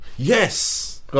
Yes